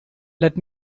let